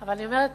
אבל אני אומרת